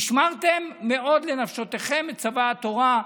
"ונשמרתם מאד לנפשתיכם", מצווה התורה.